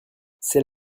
c’est